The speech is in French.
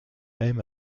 aime